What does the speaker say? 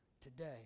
today